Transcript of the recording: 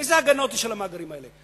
איזה הגנות יש על המאגרים האלה?